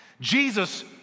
Jesus